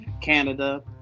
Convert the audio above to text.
Canada